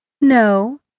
No